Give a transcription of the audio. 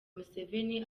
museveni